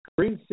Green